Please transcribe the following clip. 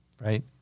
Right